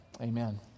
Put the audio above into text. amen